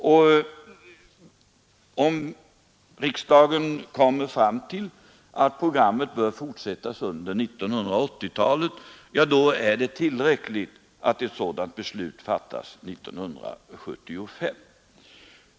Om riksdagen kommer fram till att programmet bör fortsättas under 1980-talet, är det tillräckligt att ett sådant beslut fattas 1975.